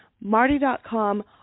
Marty.com